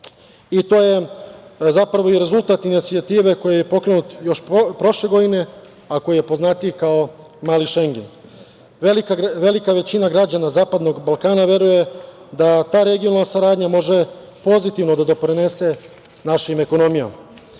To je zapravo i rezultat inicijative koja je pokrenuta još prošle godine, a koja je poznatija kao Mali Šengen. Velika većina građana zapadnog Balkana veruje da ta regionalna saradnja može pozitivno da doprinese našim ekonomijama. Ono